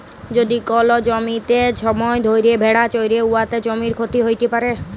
যদি কল জ্যমিতে ছময় ধ্যইরে ভেড়া চরহে উয়াতে জ্যমির ক্ষতি হ্যইতে পারে